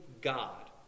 God